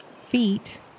feet